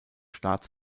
staat